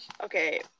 Okay